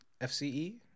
FCE